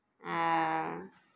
आ